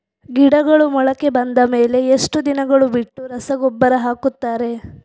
ಗಿಡಗಳು ಮೊಳಕೆ ಬಂದ ಮೇಲೆ ಎಷ್ಟು ದಿನಗಳು ಬಿಟ್ಟು ರಸಗೊಬ್ಬರ ಹಾಕುತ್ತಾರೆ?